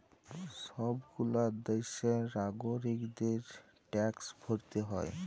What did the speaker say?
সব গুলা দ্যাশের লাগরিকদের ট্যাক্স ভরতে হ্যয়